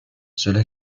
cela